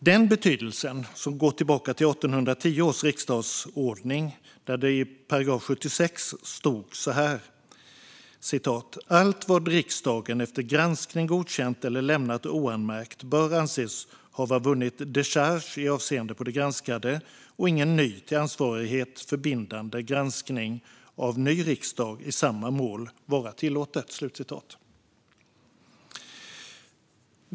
Denna betydelse går tillbaka till 1810 års riksdagsordning, där det i 76 § stod så här: "Allt hvad riksdagen efter granskning godkänt eller lämnat oanmärkt, bör anses hafva vunnit decharge i afseende på det granskade, och ingen ny, till ansvarighet förbindande, granskning af ny riksdag i samma mål vara tillåten."